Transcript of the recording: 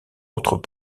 autres